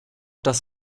das